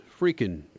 freaking